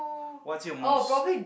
what's your most